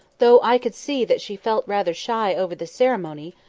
though i could see that she felt rather shy over the ceremony,